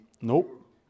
Nope